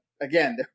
again